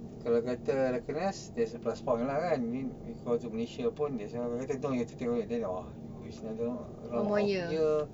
kalau kata recognise that's a plus point lah kan I mean singapore to malaysia tu !wah! one more year